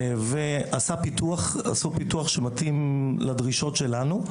ועשו פיתוח שמתאים לדרישות שלנו.